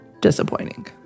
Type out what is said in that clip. disappointing